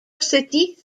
city